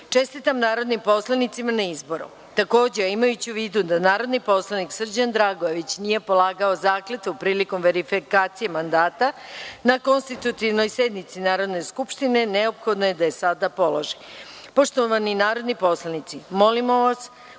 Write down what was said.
narodnim poslanicima na izboru. Takođe, a imajući u vidu da narodni poslanik Srđan Dragojević nije polagao zakletvu prilikom verifikacije mandata na konstitutivnoj sednici Narodne skupštine, neophodno je da je sada položi. Poštovani narodni poslanici, molimo vas